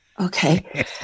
okay